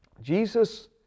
Jesus